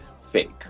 fake